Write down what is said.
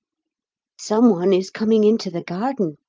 someone is coming into the garden!